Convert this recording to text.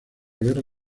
guerra